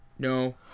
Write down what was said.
No